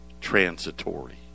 transitory